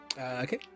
Okay